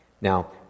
Now